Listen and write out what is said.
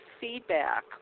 feedback